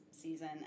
season